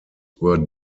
were